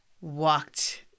walked